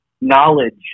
knowledge